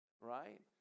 right